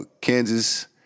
Kansas